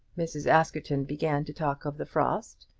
mrs. askerton began to talk of the frost,